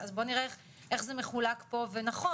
אז בואו נראה איך זה מחולק פה נכון.